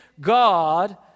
God